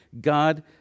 God